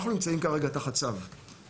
אנחנו נמצאים כרגע תחת צו,